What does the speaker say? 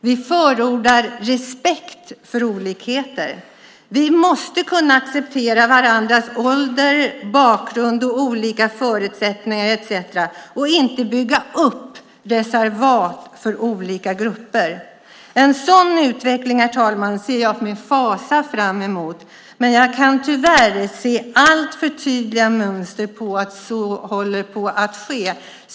Vi förordar respekt för olikheter. Vi måste kunna acceptera varandras ålder, bakgrund, olika förutsättningar etcetera och inte bygga upp reservat för olika grupper. En sådan utveckling, herr talman, ser jag med fasa fram emot. Jag kan dock tyvärr se alltför tydliga mönster på att så håller på att ske.